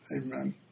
Amen